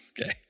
Okay